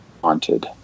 haunted